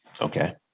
okay